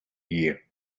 here